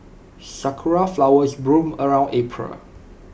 Sakura Flowers bloom around April